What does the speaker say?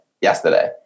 yesterday